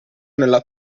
nella